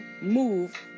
move